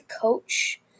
coach